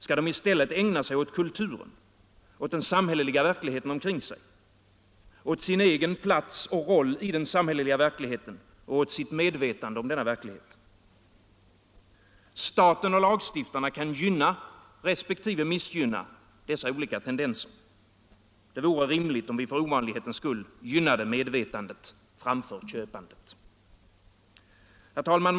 Skall de i stället ägna sig åt kulturen, åt den samhälleliga verksamheten omkring sig, åt sin egen plats och roll i den samhälleliga verkligheten och åt sitt medvetande om denna verklighet? Staten och lagstiftarna kan gynna resp. missgynna dessa olika tendenser. Det vore rimligt om vi för ovanlighetens skull gynnade medvetandet framför köpandet. Herr talman!